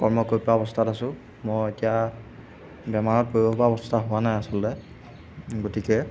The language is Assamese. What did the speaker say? কৰ্ম কৰিব পৰা অৱস্থাত আছো মই এতিয়া বেমাৰত পৰিবপৰা অৱস্থা হোৱা নাই আচলতে গতিকে